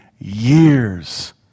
years